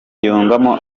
yungamo